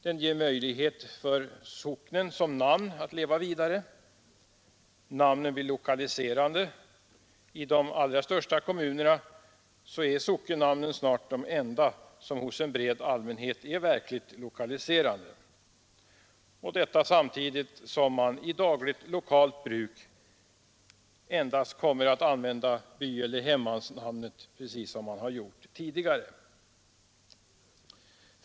Den ger möjlighet för sockennamnen att leva vidare, namnen blir lokaliserande — i de allra största kommunerna är sockennamnen snart de enda som hos en bred allmänhet är verkligt lokaliserande — samtidigt som man i dagligt lokalt bruk endast kommer att använda byeller hemmansnamnen, precis som man har gjort tidigare.